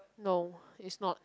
no is not